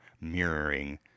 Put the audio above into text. mirroring